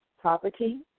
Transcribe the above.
property